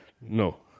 No